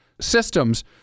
systems